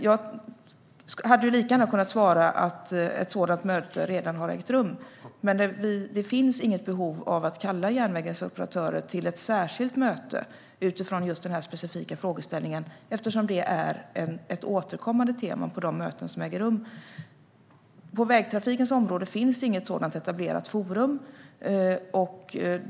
Jag hade lika gärna kunnat svara att ett sådant möte redan har ägt rum. Men det finns inget behov av att kalla järnvägens operatörer till ett särskilt möte utifrån just denna specifika frågeställning, eftersom det är ett återkommande tema på de möten som äger rum. På vägtrafikens område finns det inte något sådant etablerat forum.